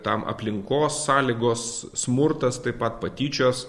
tam aplinkos sąlygos smurtas taip pat patyčios